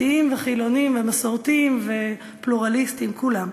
דתיים וחילונים ומסורתיים ופלורליסטים, כולם,